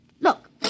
Look